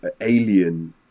alien